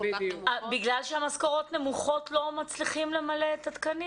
בגלל שהמשכורות נמוכות לא מצליחים למלא את התקנים?